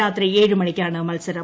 രാത്രി ഏഴ് മണിയ്ക്കാണ് മത്സരം